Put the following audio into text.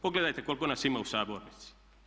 Pogledajte koliko nas ima u sabornici?